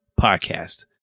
podcast